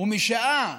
משעה